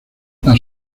las